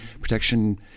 protection